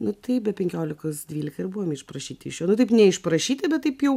nu tai be penkiolikos dvylika ir buvome išprašyti iš jo taip neišprašyti bet taip jau